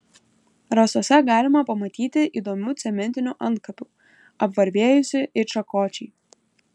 rasose galima pamatyti įdomių cementinių antkapių apvarvėjusių it šakočiai